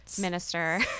minister